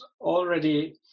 already